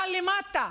אבל למטה: